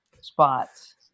spots